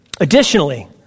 Additionally